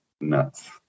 nuts